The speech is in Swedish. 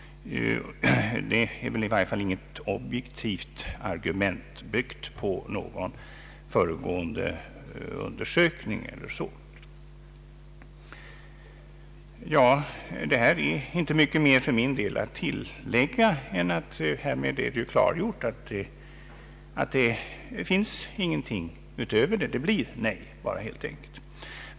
Det är väl i varje fall inte något objektivt argument byggt på någon föregående undersökning eller liknande. Ja, det är inte mycket mer för min del att tillägga. Härmed är ju klargjort att det inte finns någonting annat, utan att svaret blir nej.